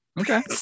Okay